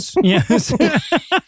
Yes